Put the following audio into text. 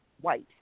white